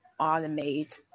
automate